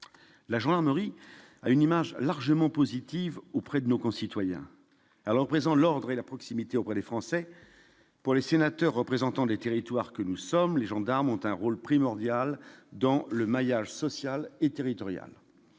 la joint, il a une image largement positive auprès de nos concitoyens alors présents, l'ordre et la proximité auprès des Français pour les sénateurs représentant des territoires que nous sommes, les gendarmes ont un rôle primordial dans le maillage social et territorial,